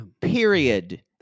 Period